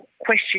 question